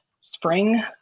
spring